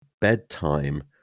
bedtime